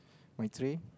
my tray